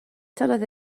tynnodd